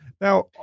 now